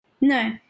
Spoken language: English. No